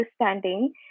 understanding